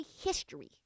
history